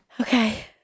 Okay